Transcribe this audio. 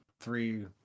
three